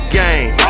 game